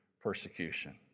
persecution